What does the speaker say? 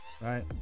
Right